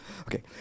Okay